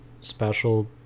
Special